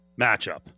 matchup